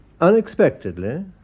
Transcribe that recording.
Unexpectedly